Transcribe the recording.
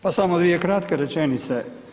Pa samo dvije kratke rečenice.